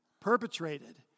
perpetrated